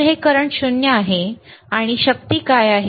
तर हे करंट 0 आहे पावर शक्ती काय आहे